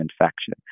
infection